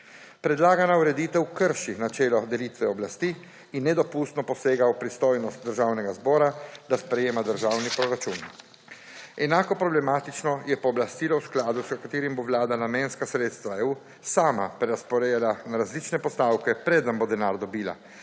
Predlagana ureditev krši načelo delitve oblasti in nedopustno posega v pristojnost Državnega zbora, da sprejema državni proračun. Enako problematično je pooblastilo, v skladu s katerim bo Vlada namenska sredstva EU sama prerazporejala na različne postavke, preden bo denar dobila.